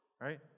right